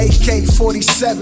AK-47